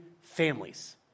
families